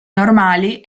normali